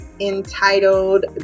entitled